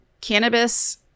cannabis